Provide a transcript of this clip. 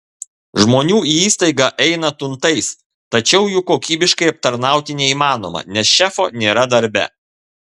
žmonių į įstaigą eina tuntais tačiau jų kokybiškai aptarnauti neįmanoma nes šefo nėra darbe